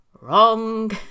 Wrong